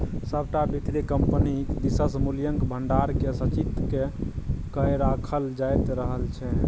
सभटा वित्तीय कम्पनी दिससँ मूल्यक भंडारकेँ संचित क कए राखल जाइत रहल छै